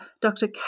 Dr